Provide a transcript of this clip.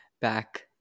back